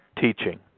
teaching